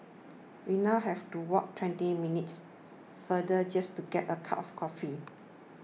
we now have to walk twenty minutes farther just to get a cup of coffee